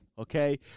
Okay